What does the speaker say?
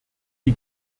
die